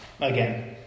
again